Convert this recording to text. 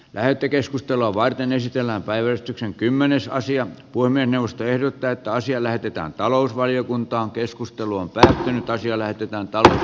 lähetekeskustelua varten esitellään päivystyksen kymmenesosia voimme nousta edellyttää että asia lähetetään talousvaliokuntaankeskustelu on päättynyt osia löytyy täältä